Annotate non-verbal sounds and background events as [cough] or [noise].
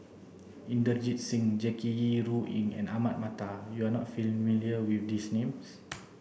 Inderjit Singh Jackie Yi Ru Ying and Ahmad Mattar you are not familiar with these names [noise]